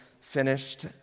finished